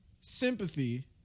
sympathy